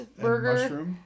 burger